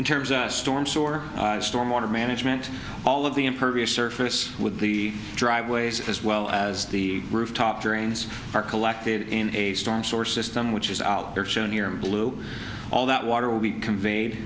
in terms of storms or storm water management all of the impervious surface with the driveways as well as the rooftop drains are collected in a storm source system which is out there shown here in blue all that water will be conveyed